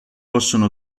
possono